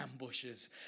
ambushes